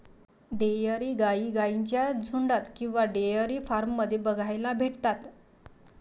dairy गाई गाईंच्या झुन्डात किंवा डेयरी फार्म मध्ये बघायला भेटतात